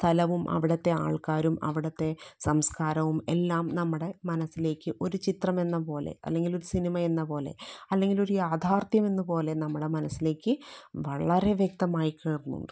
സ്ഥലവും അവിടുത്തെ ആൾക്കാരും അവിടുത്തെ സംസ്കാരവും എല്ലാം നമ്മുടെ മനസ്സിലേക്ക് ഒരു ചിത്രം എന്നത് പോലെ അല്ലങ്കില് ഒരു സിനിമ എന്നത് പോലെ അല്ലെങ്കിൽ ഒര് യാഥാർഥ്യം എന്നത് പോലെ നമ്മുടെ മനസ്സിലേക്ക് വളരെ വ്യക്തമായി കയറുന്നു